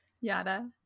Yada